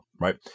right